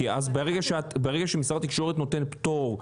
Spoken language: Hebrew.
ברגע שמשרד התקשורת נותן פטור מחובה,